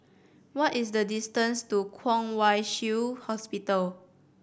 what is the distance to Kwong Wai Shiu Hospital